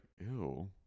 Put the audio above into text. ew